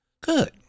Good